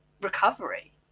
recovery